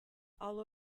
all